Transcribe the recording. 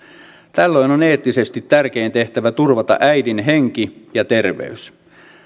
tällöin on eettisesti tärkein tehtävä turvata äidin henki ja terveys